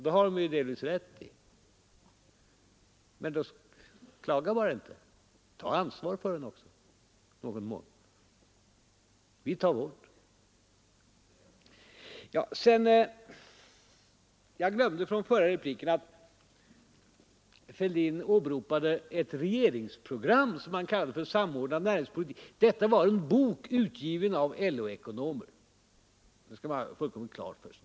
Det har man ju delvis rätt i. Men klaga då inte nu, utan ta ansvaret för avgiften i någon mån. Vi tar vårt ansvar. Sedan glömde jag i min förra replik att bemöta herr Fälldin, när han åberopade ett regeringsprogram, som han kallade det, nämligen skriften Samordnad näringspolitik. Men det var inget regeringsprogram utan en bok, utgiven av LO-ekonomer. Det skall man ha klart för sig.